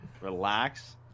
relax